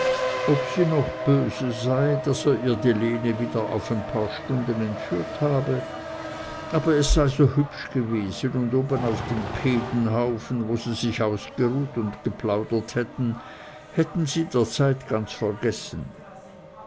ob sie noch böse sei daß er ihr die lene wieder auf ein paar stunden entführt habe aber es sei so hübsch gewesen und oben auf dem pedenhaufen wo sie sich ausgeruht und geplaudert hätten hätten sie der zeit ganz vergessen